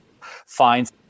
finds